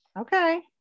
Okay